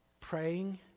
praying